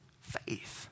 faith